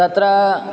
तत्र